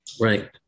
Right